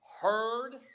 heard